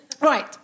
right